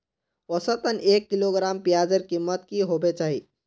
औसतन एक किलोग्राम प्याजेर कीमत की होबे चही?